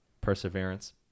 perseverance